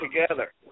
together